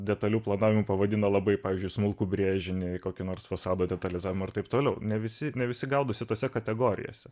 detaliu planavimu pavadina labai pavyzdžiui smulkų brėžinį kokį nors fasado detalizavimą ir taip toliau ne visi ne visi gaudosi tose kategorijose